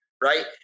right